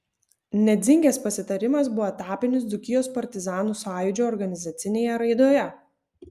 nedzingės pasitarimas buvo etapinis dzūkijos partizanų sąjūdžio organizacinėje raidoje